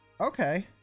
Okay